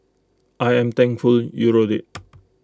I am thankful you wrote IT